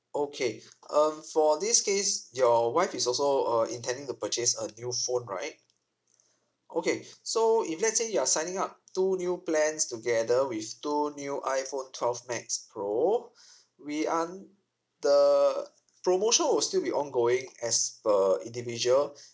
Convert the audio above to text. okay um for this case your wife is also uh intending to purchase a new phone right okay so if let's say you are signing up two new plans together with two new iphone twelve max pro we un~ the promotion will still be ongoing as per individual